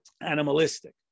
animalistic